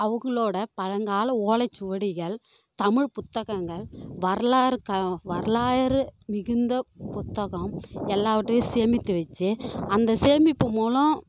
அவங்களோட பழங்கால ஓலைச்சுவடிகள் தமிழ் புத்தகங்கள் வரலாறு க வரலாறு மிகுந்த புத்தகம் எல்லாவற்றையும் சேமித்து வச்சி அந்த சேமிப்பு மூலம்